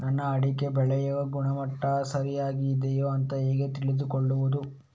ನನ್ನ ಅಡಿಕೆ ಬೆಳೆಯ ಗುಣಮಟ್ಟ ಸರಿಯಾಗಿ ಇದೆಯಾ ಅಂತ ಹೇಗೆ ತಿಳಿದುಕೊಳ್ಳುವುದು?